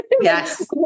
Yes